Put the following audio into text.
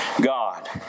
God